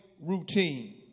routine